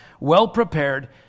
well-prepared